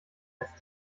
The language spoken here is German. lässt